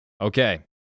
Okay